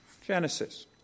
Genesis